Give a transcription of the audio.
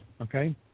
okay